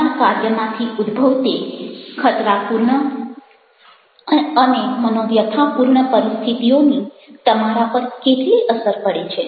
તમારા કાર્યમાંથી ઉદભવતી ખતરાપૂર્ણ અને મનોવ્યથાપૂર્ણ પરિસ્થિતિઓની તમારા પર કેટલી અસર પડે છે